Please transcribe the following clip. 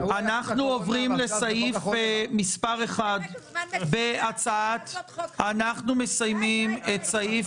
אנחנו עוברים לסעיף מס' 1. אנחנו מסיימים את סעיף